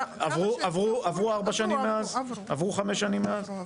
עברו ארבע-חמש שנים מאז?